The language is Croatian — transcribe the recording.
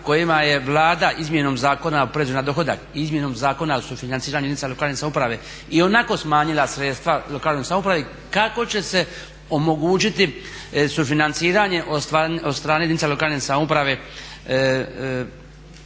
kojima je Vlada izmjenom Zakona o porezu na dohodak i izmjenom Zakona o sufinanciranju jedinica lokalne samouprave ionako smanjila sredstva lokalnoj samoupravi, kako će se omogućiti sufinanciranje od strane jedinica lokalne samouprave